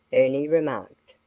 ernie remarked.